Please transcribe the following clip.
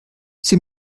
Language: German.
sie